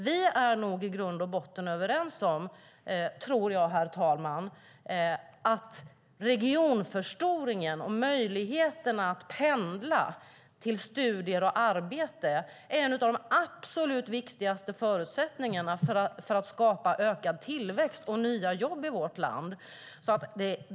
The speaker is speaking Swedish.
Vi är nog i grund och botten överens om att regionförstoringen och möjligheterna att pendla till studier och arbete är en av de absolut viktigaste förutsättningarna för att skapa ökad tillväxt och nya jobb i vårt land.